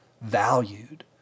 valued